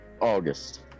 August